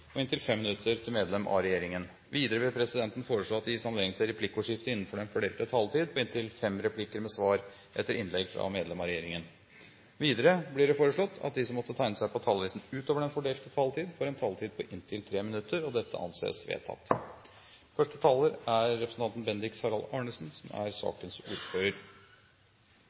og inntil 5 minutter til medlem av regjeringen. Videre vil presidenten foreslå at det gis anledning til replikkordskifte på inntil fem replikker med svar etter innlegg fra medlem av regjeringen innenfor den fordelte taletid. Videre blir det foreslått at de som måtte tegne seg på talerlisten utover den fordelte taletid, får en taletid på inntil 3 minutter. – Det anses vedtatt. Først vil jeg som sakens ordfører